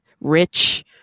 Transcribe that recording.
rich